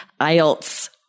IELTS